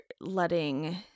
letting